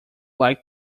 like